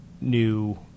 new